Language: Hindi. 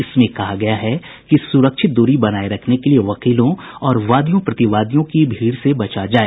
इसमें कहा गया है कि सुरक्षित दूरी बनाए रखने के लिए वकीलों और वादियों प्रतिवादियों की भीड़ से बचा जाए